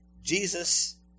Jesus